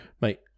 mate